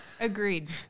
agreed